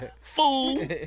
fool